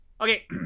Okay